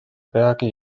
peagi